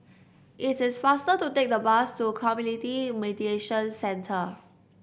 it is faster to take the bus to Community Mediation Centre